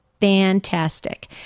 fantastic